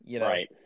Right